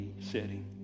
setting